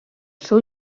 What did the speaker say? seu